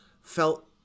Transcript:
felt